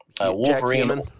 Wolverine—